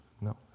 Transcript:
no